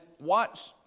watch